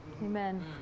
Amen